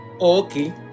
okay